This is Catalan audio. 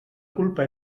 culpa